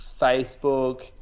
Facebook